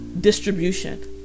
distribution